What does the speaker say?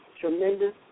tremendous